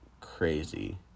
crazy